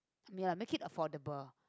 mm ya lah make it affordable